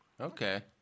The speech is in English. Okay